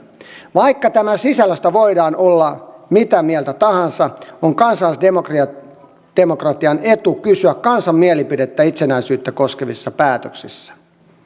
vaikka tämän sisällöstä voidaan olla mitä mieltä tahansa on kansalaisdemokratian etu kysyä kansan mielipidettä itsenäisyyttä koskevissa päätöksissä